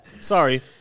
Sorry